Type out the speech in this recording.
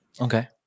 Okay